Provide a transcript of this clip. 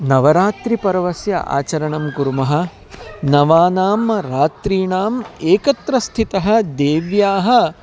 नवरात्रिपर्वस्य आचरणं कुर्मः नवानां रात्रीणाम् एकत्र स्थितः देव्याः